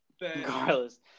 regardless